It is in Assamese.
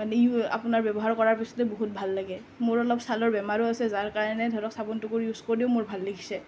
মানে ইও আপোনাৰ ব্যৱহাৰ কৰাৰ পিছতে বহুত ভাল লাগে মোৰ অলপ ছালৰ বেমাৰো আছে যাৰ কাৰণে ধৰক চাবোন টুকুৰ ইউজ কৰিও মোৰ ভাল লাগিছে